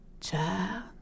child